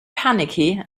panicky